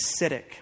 acidic